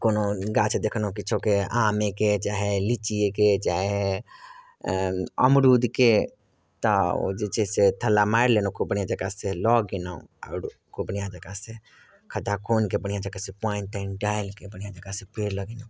कोनो गाछ देखलहुँ किछोके आमेके चाहे लीचीयेके चाहे अमरूदके तऽ ओ जे छै से थल्ला मारि लेलहुँ खूब बढ़िआँ जकाँ से सँ लऽ गेलहुँ आओर खूब बढ़िआँ जकाँ से खद्दा खोनिके बढ़िआँ जकाँ से पानि तानि डालिके बढ़िआँ जकाँ से पेड़ लगेलहुँ